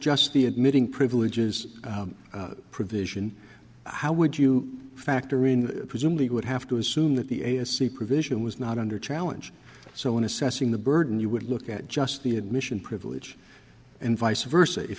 just the admitting privileges provision how would you factor in presumably would have to assume that the a and c provision was not under challenge so in assessing the burden you would look at just the admission privilege and vice versa if